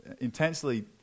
intensely